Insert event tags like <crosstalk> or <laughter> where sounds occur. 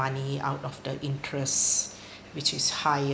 money out of the interest <breath> which is higher